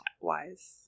wise